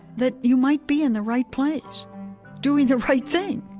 that you might be in the right place doing the right thing